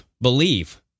believe